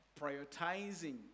prioritizing